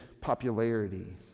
popularity